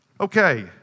Okay